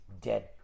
dead